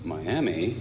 Miami